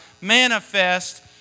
manifest